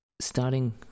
starting